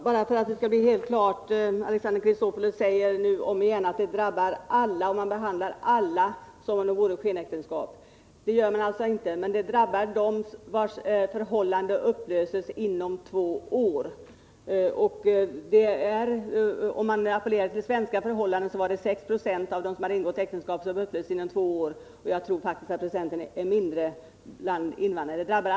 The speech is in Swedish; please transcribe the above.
Herr talman! Alexander Chrisopoulos upprepar att man behandlar alla snabba anknytningar som om de vore skenäktenskap. Det gör man inte. Men tillämpningen av lagen drabbar dem, vilkas förhållande upplöses inom två år. Om man utgår från svenska förhållanden är det bara i 6 90 av alla skilsmässor där äktenskapet varat två år eller mindre. Jag tror att andelen är mindre bland invandrarna.